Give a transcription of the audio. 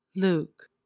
Luke